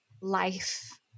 life